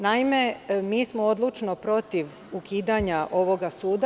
Naime, mi smo odlučno protiv ukidanja ovog suda.